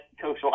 Coach